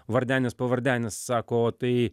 vardenis pavardenis sako o tai